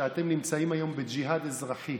שאתם נמצאים היום בג'יהאד אזרחי.